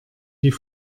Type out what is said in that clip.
die